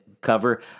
cover